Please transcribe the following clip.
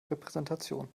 repräsentation